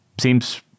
seems